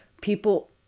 People